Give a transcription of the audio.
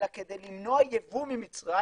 אלא כדי למנוע יבוא ממצרים.